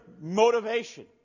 motivation